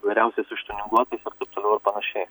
vairiausiais užtiuninguotais ir taip toliau ir panašiai